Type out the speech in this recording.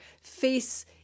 face